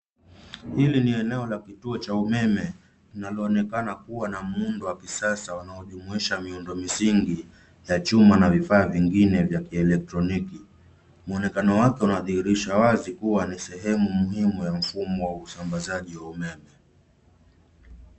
Hili ni eneo la kituo cha umeme, linaloonekana kuwa na muundo wa kisasa, unaojumuisha miundo misingi ya chuma na vifaa vingine vya kielektroniki. Mwonekano wake unadhihirisha wazi kuwa ni sehemu muhimu ya mfumo wa usambazaji wa umeme.